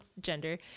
gender